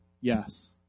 Yes